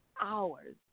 hours